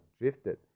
drifted